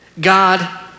God